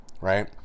right